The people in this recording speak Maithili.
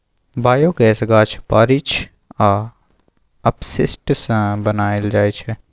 बायोगैस गाछ बिरीछ आ अपशिष्ट सँ बनाएल जाइ छै